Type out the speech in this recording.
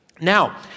Now